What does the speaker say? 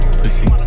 pussy